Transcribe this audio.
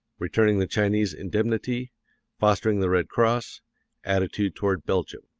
returning the chinese indemnity fostering the red cross attitude toward belgium.